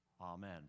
Amen